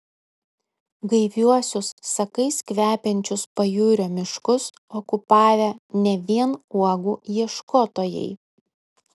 gaiviuosius sakais kvepiančius pajūrio miškus okupavę ne vien uogų ieškotojai